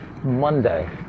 Monday